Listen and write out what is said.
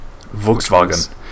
Volkswagen